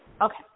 Okay